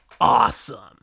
awesome